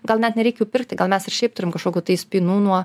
gal net nereik jų pirkti gal mes ir šiaip turim kažkokių tai spynų nuo